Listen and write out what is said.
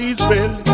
Israel